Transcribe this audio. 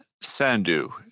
Sandu